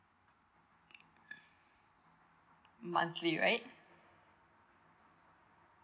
monthly right